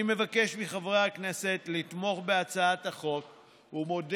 אני מבקש מחברי הכנסת לתמוך בהצעת החוק ומודה